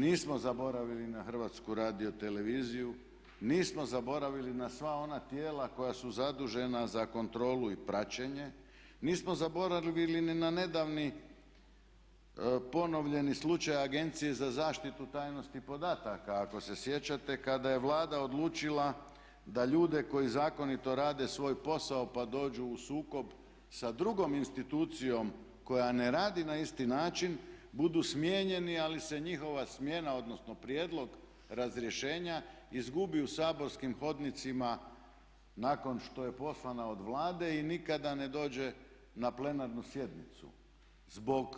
Nismo zaboravili na HRT, nismo zaboravili na sva ona tijela koja su zadužena za kontrolu i praćenje, nismo zaboravili ni na nedavni ponovljeni slučaj Agencije za zaštitu tajnosti podataka ako se sjećate kada je Vlada odlučila da ljude koji zakonito rade svoj posao pa dođu u sukob sa drugom institucijom koja ne radi na isti način budu smijenjeni ali se njihova smjena odnosno prijedlog razrješenja izgubi u saborskim hodnicima nakon što je poslana od Vlade i nikada ne dođe na plenarnu sjednicu zbog